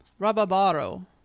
Rababaro